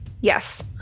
yes